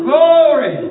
Glory